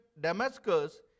Damascus